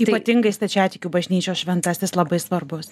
ypatingai stačiatikių bažnyčios šventasis labai svarbus